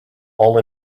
all